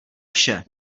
vše